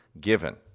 given